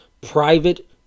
Private